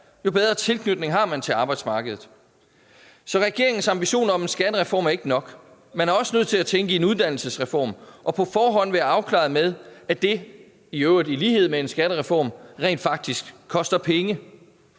jo bedre tilknytning har man til arbejdsmarkedet. Så regeringens ambition om en skattereform er ikke nok. Man er også nødt til at tænke på en uddannelsesreform og på forhånd være afklaret med, at den i øvrigt i lighed med en skattereform rent faktisk koster penge.